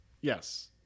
Yes